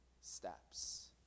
steps